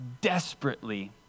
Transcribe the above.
desperately